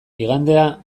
igandea